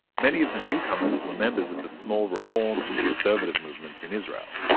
many of the newcomers were members of the small reform and conservative movements in israel.